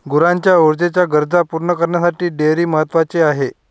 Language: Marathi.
गुरांच्या ऊर्जेच्या गरजा पूर्ण करण्यासाठी डेअरी महत्वाची आहे